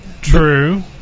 True